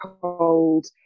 cold